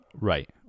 right